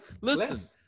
listen